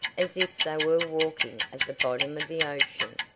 as if they were walking at the bottom of the ocean.